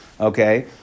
okay